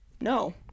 No